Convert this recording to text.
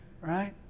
Right